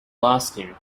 lasting